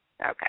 Okay